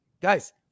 guys